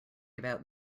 about